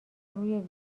روی